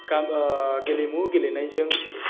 गेलेमु गेलेनायजों